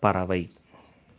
பறவை